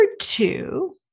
two